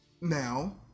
Now